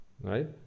right